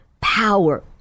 power